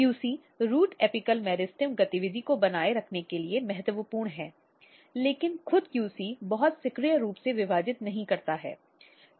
QC root apical meristem गतिविधि को बनाए रखने के लिए महत्वपूर्ण है लेकिन खुद QC बहुत सक्रिय रूप से विभाजित नहीं करता है